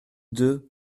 deux